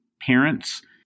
parents